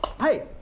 hey